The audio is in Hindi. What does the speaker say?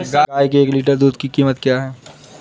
गाय के एक लीटर दूध की कीमत क्या है?